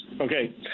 Okay